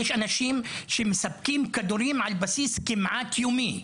יש אנשים שמספקים כדורים על בסיס כמעט יומי.